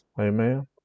Amen